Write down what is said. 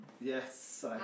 Yes